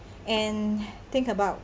and think about